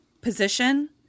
position